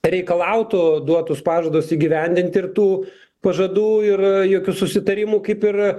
reikalautų duotus pažadus įgyvendinti ir tų pažadų ir jokių susitarimų kaip ir